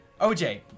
OJ